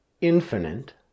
infinite